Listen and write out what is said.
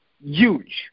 huge